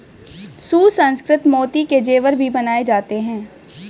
सुसंस्कृत मोती के जेवर भी बनाए जाते हैं